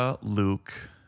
Luke